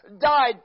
died